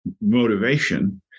motivation